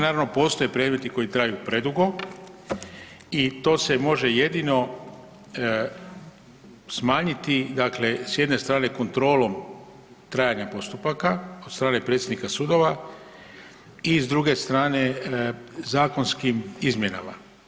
Naravno postoje predmeti koji traju predugo i to se može jedino smanjiti dakle s jedne strane kontrolom trajanja postupaka od strane predsjednika sudova i s druge strane zakonskim izmjenama.